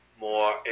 more